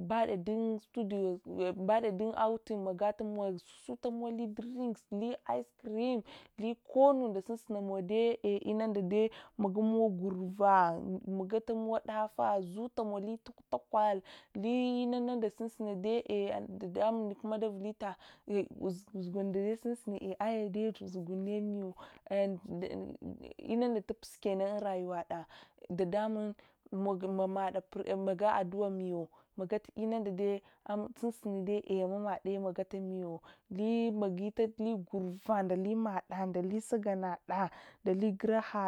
mbade dun studio mbade dun outing lagatamowa sutamowali drink li ice cream, lionu mesunsana de magu mowli gurva, magatamowa daffah zutamowali ghutakwale li-inund dai dadamum darulanyita inunda tupusi kenan unrayuwada, dedarmun mana magat adduwamwo, sunsunidelamaɗɗe magatamiwo, magitli gurva mada, ndali sagangad, ndali guraɗɗa.